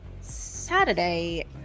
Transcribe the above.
Saturday